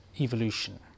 evolution